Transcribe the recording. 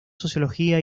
sociología